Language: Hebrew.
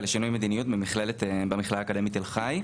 לשינוי מדיניות במכללה האקדמית תל-חי.